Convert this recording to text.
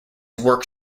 work